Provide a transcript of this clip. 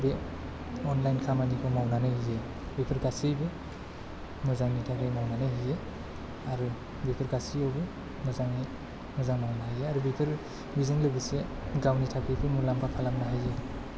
बे अनलाइन खामानिखौ मावनानै जे बेफोर गासैबो मोजांनि थाखाइ मावनानै होयो आरो बेफोर गासियावबो मोजाङै मोजां मावनो हायो आरो बेजों लोगोसे गावनि थाखायबो मुलाम्फा खालामनो हायो